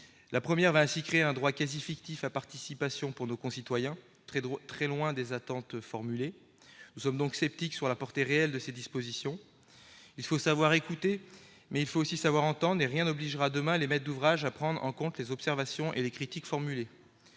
La première créera ainsi un droit quasi fictif à la participation pour nos concitoyens, très éloigné des attentes exprimées. Nous sommes donc sceptiques sur la portée réelle de ces dispositions. Il faut savoir écouter, mais il faut aussi savoir entendre, et rien n'obligera demain les maîtres d'ouvrage à prendre en compte les observations et les critiques qui